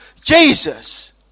Jesus